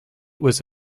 was